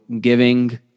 giving